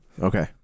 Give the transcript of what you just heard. Okay